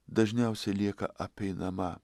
dažniausiai lieka apeinama